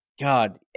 God